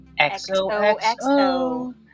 XOXO